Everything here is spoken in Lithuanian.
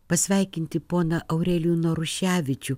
pasveikinti poną aurelijų naruševičių